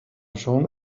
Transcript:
schon